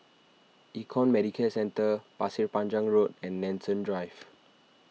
Econ Medicare Centre Pasir Panjang Road and Nanson Drive